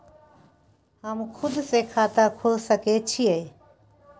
हम खुद से खाता खोल सके छीयै?